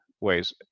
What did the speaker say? ways